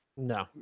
No